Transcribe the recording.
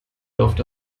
doch